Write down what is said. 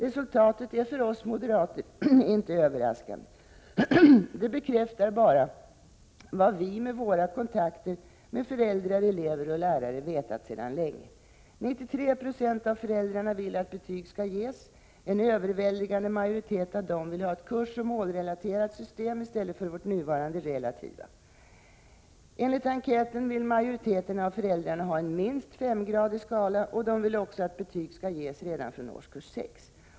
Resultatet är för oss moderater inte överraskande. Det bekräftar bara vad vi med våra kontakter med föräldrar, elever och lärare vetat sedan länge. 93 90 av föräldrarna vill att betyg skall ges. En överväldgiande majoritet av dem vill ha ett kurseller målrelaterat system i stället för vårt nuvarande relativa. Enligt enkäten vill majoriteten av föräldrarna ha en minst 5-gradig skala. De vill också att betyg skall ges redan från årskurs 6.